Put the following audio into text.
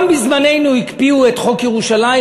גם בזמננו הקפיאו את חוק ירושלים,